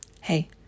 Hey